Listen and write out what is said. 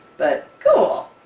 but cool!